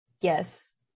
yes